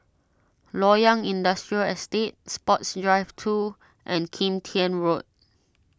Loyang Industrial Estate Sports Drive two and Kim Tian Road